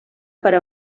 per